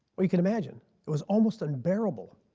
well you can imagine, it was almost unbearable.